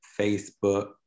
facebook